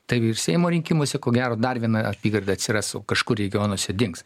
taip ir seimo rinkimuose ko gero dar viena apygarda atsiras o kažkur regionuose dings